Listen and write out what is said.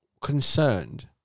concerned